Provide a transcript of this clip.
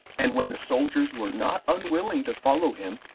and when the soldiers were not unwilling to follow him,